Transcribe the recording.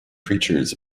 creatures